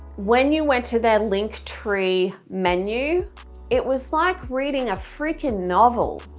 when you went to their linktree menu it was like reading a freaking novel,